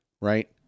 right